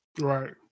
Right